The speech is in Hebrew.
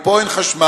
ופה אין חשמל,